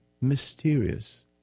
mysterious